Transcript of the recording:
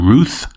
Ruth